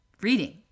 reading